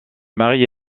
marié